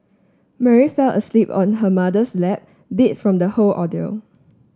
Mary fell asleep on her mother's lap beat from the whole ordeal